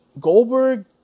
Goldberg